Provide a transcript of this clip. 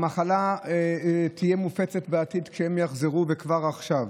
המחלה תופץ בעתיד כשהם יחזרו, וכבר עכשיו